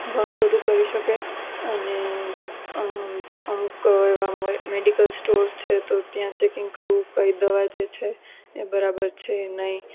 ઘણું બધું કરી શકે અને એવા મેડિકલ સ્ટોર્સ છે તો ત્યાં ચેકિંગ કરવું કઈ દવા જે છે એ બરાબર છે નહીં